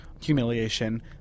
humiliation